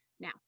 Now